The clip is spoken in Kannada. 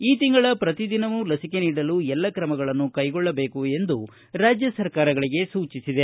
ಈ ತಿಂಗಳ ಪ್ರತಿ ದಿನವೂ ಲಸಿಕೆ ನೀಡಲು ಎಲ್ಲ ಕ್ರಮಗಳನ್ನು ಕೈಗೊಳ್ಲಬೇಕು ಎಂದು ರಾಜ್ಯ ಸರ್ಕಾರಗಳಿಗೆ ಸೂಚಿಸಿದೆ